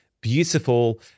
beautiful